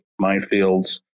minefields